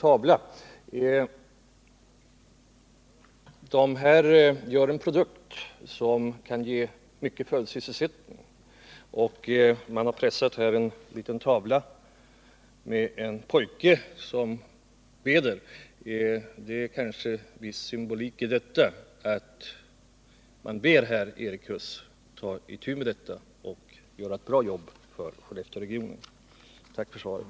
Tavlan 103 föreställer en pojke som beder — det kanske ligger viss symbolik i detta. Företaget har en produkt som kan ge. många arbetstillfällen i följdsysselsättning, och man ber härmed Erik Huss att ta itu med problemen och att göra ett bra jobb för Skellefteåregionen. Med detta ber jag att få tacka för svaret.